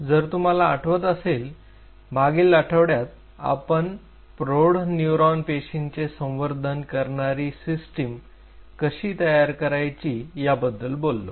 जर तुम्हाला आठवत असेल मागील आठवड्यात आपण प्रौढ न्यूरॉन पेशींचे संवर्धन करणारी सिस्टीम कशी तयार करायची याबद्दल बोललो